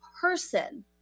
person